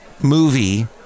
movie